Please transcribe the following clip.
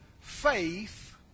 faith